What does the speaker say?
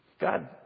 God